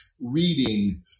reading